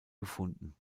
gefunden